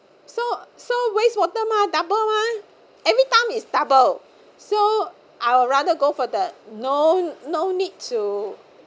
so so waste water mah double mah every time is double so I'll rather go for the no no need to